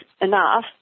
enough